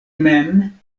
mem